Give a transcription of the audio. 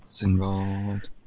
involved